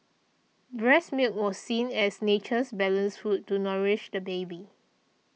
breast milk was seen as nature's balanced food to nourish the baby